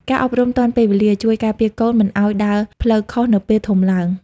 ការអប់រំទាន់ពេលវេលា ជួយការពារកូនមិនឱ្យដើរផ្លូវខុសនៅពេលធំឡើង។